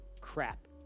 crap